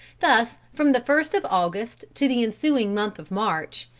thus from the first of august to the ensuing month of march,